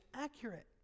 accurate